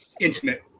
Intimate